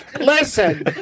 listen